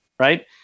Right